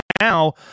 now